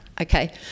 Okay